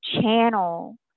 channel